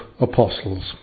apostles